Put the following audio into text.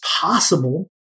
possible